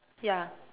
yeah